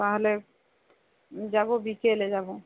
তাহলে যাবো বিকেলে যাবো